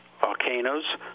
volcanoes